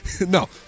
No